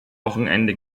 wochenende